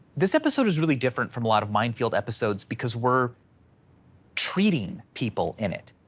this episode is really different from a lot of mind field episodes, because we're treating people in it.